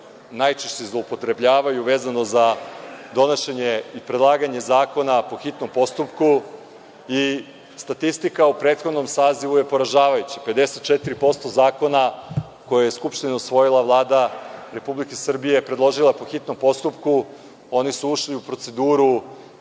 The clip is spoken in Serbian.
najčešće zloupotrebljavaju vezano za donošenje i predlaganje zakona po hitnom postupku i statistika u prethodnom sazivu je poražavajuća - 54% zakona, koje je Skupština usvojila, Vlada Republike Srbije je predložila po hitnom postupku. Oni su ušli u proceduru